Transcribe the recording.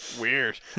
Weird